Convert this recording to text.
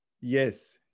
Yes